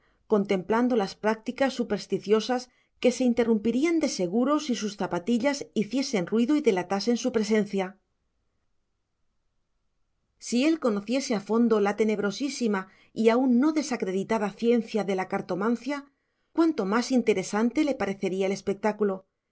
contemplando las prácticas supersticiosas que se interrumpirían de seguro si sus zapatillas hiciesen ruido y delatasen su presencia si él conociese a fondo la tenebrosísima y aún no desacreditada ciencia de la cartomancia cuánto más interesante le parecería el espectáculo